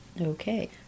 Okay